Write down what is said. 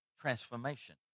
transformation